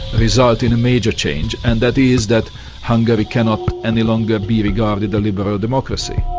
result in a major change, and that is that hungary cannot any longer be regarded a liberal democracy.